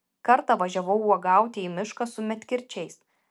kartą važiavau uogauti į mišką su medkirčiais